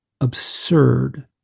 absurd